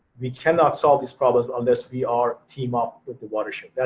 we can not solve these problems unless we are team up with the watershed. yeah